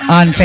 on